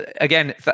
again